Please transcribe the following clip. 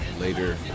later